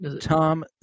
Tom